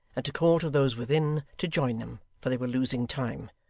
and to call to those within, to join them, for they were losing time.